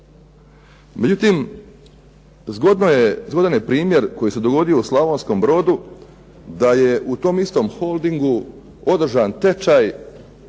Međutim, zgodan je primjer koji se dogodio u Slavonskom Brodu da je u tom istom holdingu održan tečaj